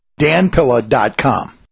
danpilla.com